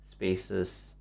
spaces